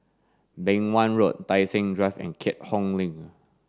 Beng Wan Road Tai Seng Drive and Keat Hong Link